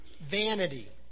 Vanity